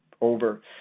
over